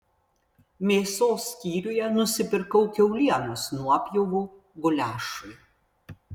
mėsos skyriuje nusipirkau kiaulienos nuopjovų guliašui